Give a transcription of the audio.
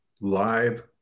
live